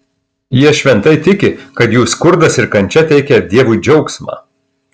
jie šventai tiki kad jų skurdas ir kančia teikia dievui džiaugsmą